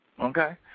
Okay